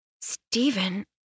Stephen